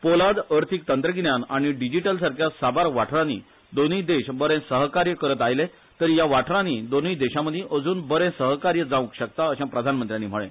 पोलाद अर्थिक तंत्रगिन्या आनी डिजिटलसारख्या साबार वाठारांनी दोनूय देश बरे सहकार्य करत आयले तरी या वाठारांनी दोनूय देशांमदी अजून बरे सहकार्य जांवक शकता अशे प्रधानमंत्र्यांनी म्हळे